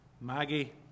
Maggie